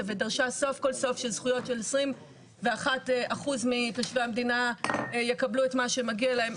ודרשה סוף כל סוף שזכויות של 21% מתושבי המדינה יקבלו את מה שמגיע להם,